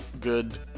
Good